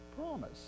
promise